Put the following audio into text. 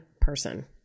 person